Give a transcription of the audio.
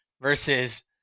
versus